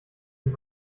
und